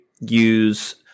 use